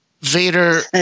Vader